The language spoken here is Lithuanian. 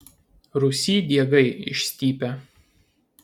rūsy diegai išstypę